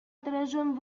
отражен